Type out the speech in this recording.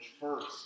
first